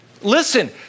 Listen